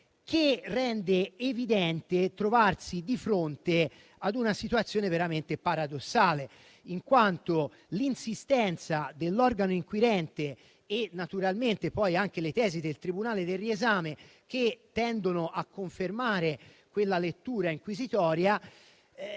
che rende evidente trovarsi di fronte ad una situazione veramente paradossale, in quanto l'insistenza dell'organo inquirente e poi naturalmente anche le tesi del tribunale del riesame, che tendono a confermare quella lettura inquisitoria,